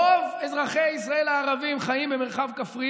רוב אזרחי ישראל הערבים חיים במרחב כפרי